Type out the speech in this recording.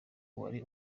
wari